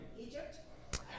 Egypt